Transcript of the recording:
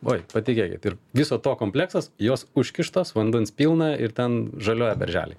oi patikėkit ir viso to kompleksas jos užkištos vandens pilna ir ten žaliuoja berželiai